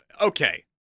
okay